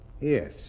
Yes